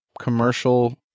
commercial